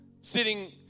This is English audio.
sitting